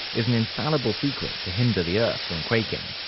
is an infallible secret to hinder the earth from quaking.